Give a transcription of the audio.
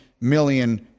million